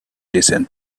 listen